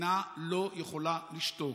מדינה לא יכולה לשתוק,